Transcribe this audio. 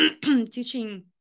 teaching